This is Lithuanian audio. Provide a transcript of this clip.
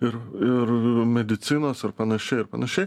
ir ir medicinos ar panašiai ar panašiai